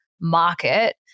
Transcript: market